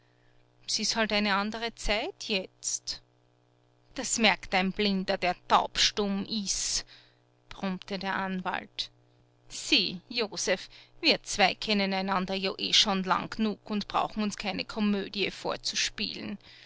ist halt eine andere zeit jetzt das merkt ein blinder der taubstumm ist brummte der anwalt sie josef wir zwei kennen einander ja schon lange genug und brauchen uns keine komödie vorzuspielen